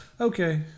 Okay